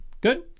Good